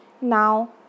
Now